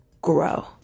grow